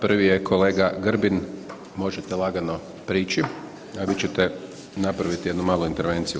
Prvi je kolega Grbin, možete lagano priči, a vi ćete napraviti jednu malu intervenciju.